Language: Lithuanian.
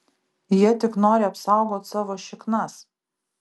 jie tik nori apsaugot savo šiknas